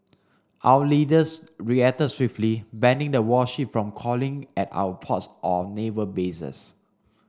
our leaders reacted swiftly banning the warship from calling at our ports or naval bases